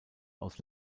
aus